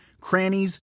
crannies